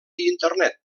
internet